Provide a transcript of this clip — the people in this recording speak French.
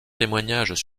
témoignages